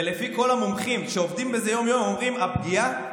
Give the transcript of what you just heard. וכל המומחים שעובדים בזה יום-יום אומרים שהפגיעה